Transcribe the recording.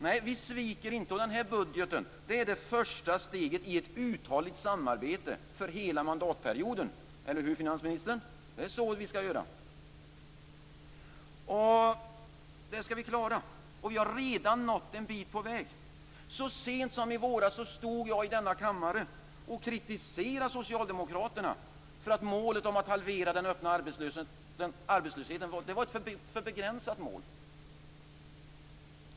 Nej, vi sviker inte. Den här budgeten är det första steget i ett uthålligt samarbete för hela mandatperioden - eller hur finansministern? Det är så vi skall göra. Det skall vi klara. Och vi har redan nått en bit på väg. Så sent som i våras stod jag i denna kammare och kritiserade Socialdemokraterna för att målet om att halvera den öppna arbetslösheten var för begränsat.